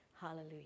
hallelujah